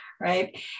right